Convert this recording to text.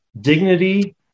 dignity